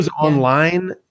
online